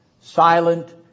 silent